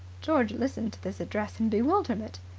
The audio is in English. george listened to this address in bewilderment.